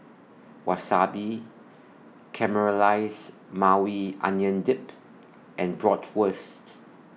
Wasabi Caramelized Maui Onion Dip and Bratwurst